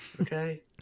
Okay